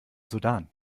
sudan